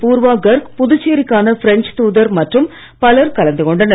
பூர்வா கர்வ் புதுச்சேரிக்கான பிரஞ்ச் தூதர் மற்றும் பலர் கலந்து கொண்டனர்